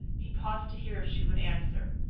he paused to hear if she would answer.